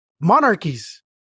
monarchies